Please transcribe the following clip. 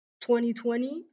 2020